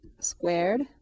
squared